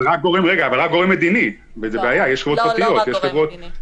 אבל רק גורם מדיני וזאת בעיה -- לא רק גורם מדיני.